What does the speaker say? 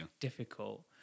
difficult